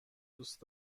دوست